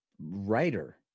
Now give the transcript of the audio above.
writer